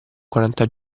quaranta